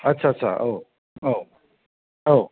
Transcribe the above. आदसा औ